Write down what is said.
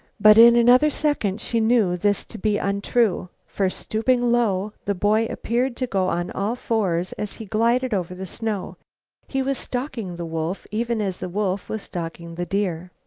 but in another second she knew this to be untrue, for, stooping low, the boy appeared to go on all fours as he glided over the snow he was stalking the wolf even as the wolf was stalking the deer.